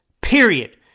Period